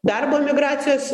darbo migracijos